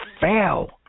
fail